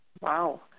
Wow